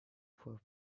for